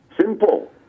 Simple